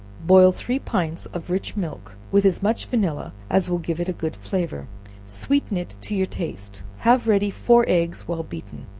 boil three pints of rich milk with as much vanilla as will give it a good flavor sweeten it to your taste have ready four eggs well beaten,